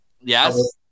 Yes